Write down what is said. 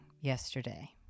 yesterday